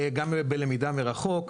גם בלמידה מרחוק.